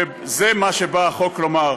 וזה מה שבא החוק לומר,